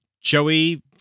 Joey